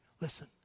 Listen